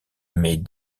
mais